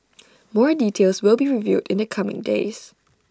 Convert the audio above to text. more details will be revealed in the coming days